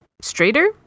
straighter